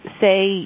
say